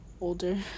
older